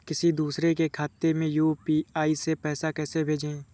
किसी दूसरे के खाते में यू.पी.आई से पैसा कैसे भेजें?